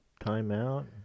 Timeout